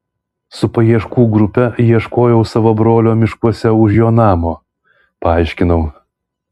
su paieškų grupe ieškojau savo brolio miškuose už jo namo paaiškinau